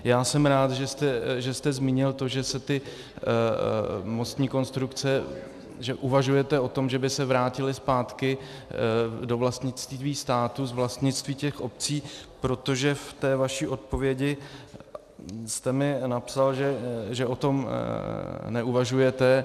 Já jsem rád, že jste zmínil to, že se ty mostní konstrukce, že uvažujete o tom, že by se vrátily zpátky do vlastnictví státu z vlastnictví těch obcí, protože ve vaší odpovědi jste mi napsal, že o tom neuvažujete.